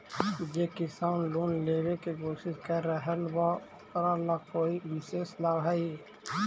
जे किसान लोन लेवे के कोशिश कर रहल बा ओकरा ला कोई विशेष लाभ हई?